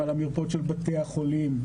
על המרפאות של בתי החולים,